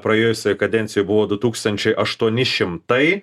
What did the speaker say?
praėjusioje kadencijoje buvo du tūkstančiai aštuoni šimtai